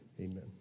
Amen